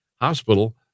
hospital